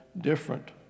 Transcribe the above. different